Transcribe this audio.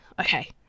Okay